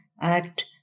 act